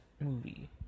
movie